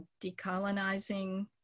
decolonizing